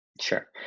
Sure